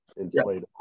inflatable